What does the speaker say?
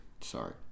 Sorry